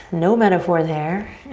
no metaphor there.